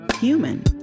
human